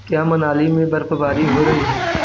क्या मनाली में बर्फबारी हो रही है